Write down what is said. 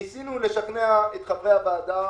אני אומר שניסינו לשכנע את חברי הוועדה